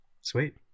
Sweet